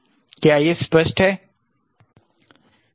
क्या यह स्पष्ट है